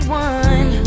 one